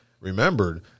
remembered